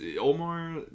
Omar